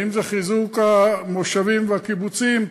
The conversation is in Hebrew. האם זה חיזוק המושבים והקיבוצים?